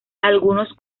algunos